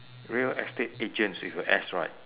real estate agents with a S right